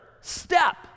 step